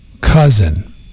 cousin